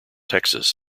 texas